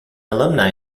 alumni